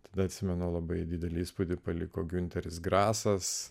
tada atsimenu labai didelį įspūdį paliko giunteris grasas